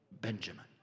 Benjamin